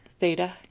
Theta